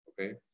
okay